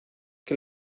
que